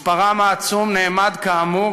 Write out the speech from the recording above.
מספרם העצום נאמד כאמור,